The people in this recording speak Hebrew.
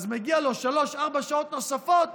אז מגיע לו 4-3 שעות נוספות,